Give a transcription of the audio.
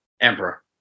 Emperor